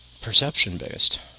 perception-based